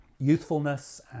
youthfulness